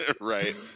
Right